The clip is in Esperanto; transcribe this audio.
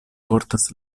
portas